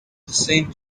same